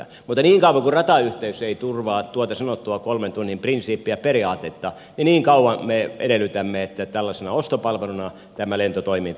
mutta niin kauan kuin ratayhteys ei turvaa tuota sanottua kolmen tunnin prinsiippiä periaatetta niin kauan me edellytämme että tällaisena ostopalveluna tämä lentotoiminta ostetaan